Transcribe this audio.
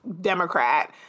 Democrat